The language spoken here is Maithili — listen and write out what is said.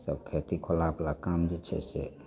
सब खेती कोला बला काम जे छै से